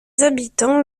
habitans